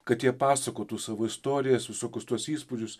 kad jie pasakotų savo istorijas visokius tuos įspūdžius